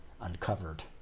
uncovered